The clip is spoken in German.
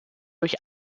durch